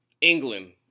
England